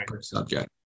subject